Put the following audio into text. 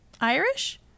Irish